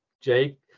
Jake